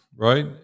Right